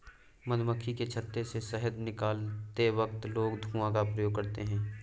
मधुमक्खी के छत्ते से शहद निकलते वक्त लोग धुआं का प्रयोग करते हैं